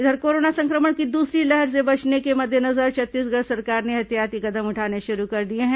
इधर कोरोना संक्रमण की दूसरी लहर से बचने के मद्देनजर छत्तीसगढ़ सरकार ने ऐहतियाती कदम उठाने शुरू कर दिए हैं